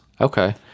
Okay